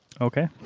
Okay